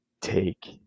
take